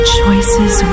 choices